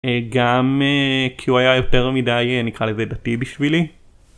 גם כי הוא היה יותר מדי, נקרא לזה, דתי בשבילי